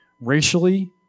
racially